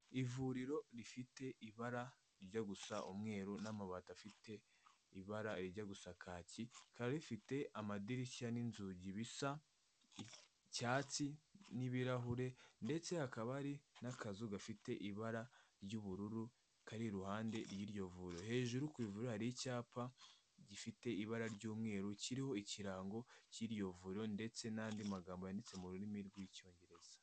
Ivuriro rifite ibara rijya gusa umweru n'amabati afite ibara rijya gusa kaki, rikaba rifite amadirishya n'inzugi bisa icyatsi n'ibirahure, ndetse hakaba ari n'akazu gafite ibara ry'ubururu, kari iruhande ry'iryo vuriro, hejuru ku ivuriro hari icyapa, gifite ibara ry'umweru kiriho ikirango cy'iryo vuriro, ndetse n'andi magambo yanditse mu rurimi rw'Icyongereza.